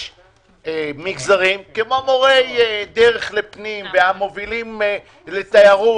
יש מגזרים כמו מורי דרך מובילי תיירות,